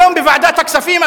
היום בוועדת הכספים,